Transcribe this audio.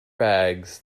bags